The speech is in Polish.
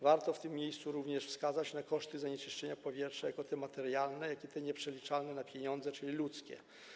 Warto w tym miejscu również wskazać na koszty zanieczyszczenia powietrza te materialne, jak i te nieprzeliczalne na pieniądze, czyli ludzkie.